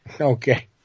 Okay